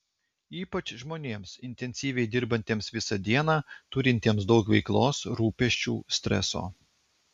ypač žmonėms intensyviai dirbantiems visą dieną turintiems daug veiklos rūpesčių streso